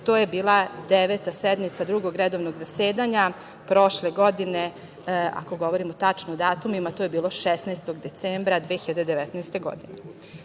To je bila Deveta sednica Drugog redovnog zasedanja prošle godine, ako govorimo tačno o datumima, to je bilo 16. decembra 2019. godine.